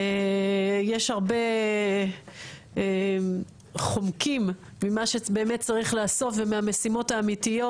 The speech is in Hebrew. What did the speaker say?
יש הרבה חומקים ממה שבאמת צריך לאסוף ומהמשימות האמיתיות,